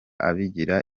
abigira